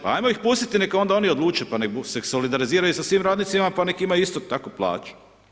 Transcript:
Pa ajmo ih pustiti neka onda oni odlučuju pa nek se solidariziraju sa svim radnicima pa nek imaju istu takvu plaću.